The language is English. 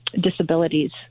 disabilities